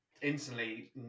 instantly